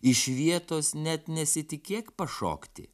iš vietos net nesitikėk pašokti